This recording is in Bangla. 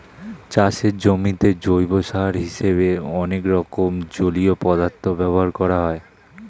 চাষের জমিতে জৈব সার হিসেবে অনেক রকম জলীয় পদার্থ ব্যবহার করা হয়